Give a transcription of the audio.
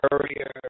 Courier